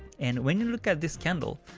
and when you look at this candle,